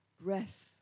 breath